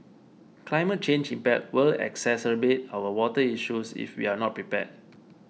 climate change impact will exacerbate our water issues if we are not prepared